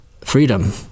Freedom